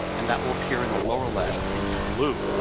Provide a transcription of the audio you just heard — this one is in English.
and that will appear in the lower left in blue.